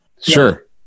Sure